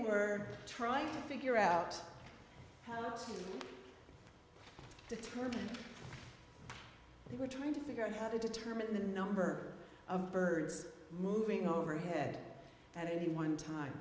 were trying to figure out how determined they were trying to figure out how to determine the number of birds moving overhead and one time